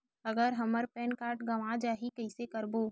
अगर हमर pan card गवां जाही कइसे करबो?